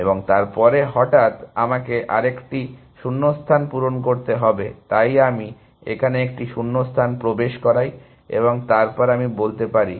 এবং তারপর হঠাৎ আমাকে আরেকটি শুন্যস্থান পূরণ করতে হবে তাই আমি এখানে একটি শুন্যস্থান প্রবেশ করাই এবং তারপর আমি বলতে পারি